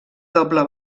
doble